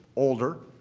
older,